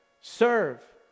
serve